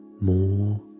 more